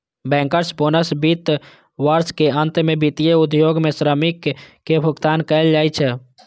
bankers bonus वित्त वर्षक अंत मे वित्तीय उद्योग के श्रमिक कें भुगतान कैल जाइ छै